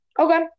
Okay